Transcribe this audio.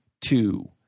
two